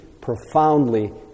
profoundly